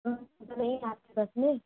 तो जगह है आपकी बस में